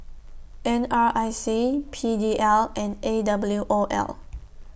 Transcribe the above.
N R I C P D L and A W O L